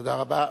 תודה רבה.